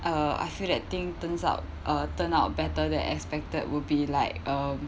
uh I feel that thing turns out uh turn out better than expected would be like um